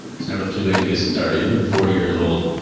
it's never too late to get started. even at forty years old,